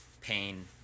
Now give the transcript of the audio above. pain